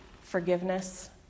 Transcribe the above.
forgiveness